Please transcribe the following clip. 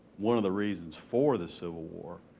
one of the reasons for the civil war,